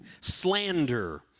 slander